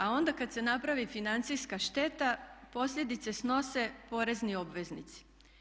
A onda kad se napravi financijska šteta posljedice snose porezni obveznici.